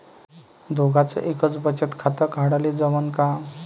दोघाच एकच बचत खातं काढाले जमनं का?